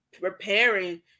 repairing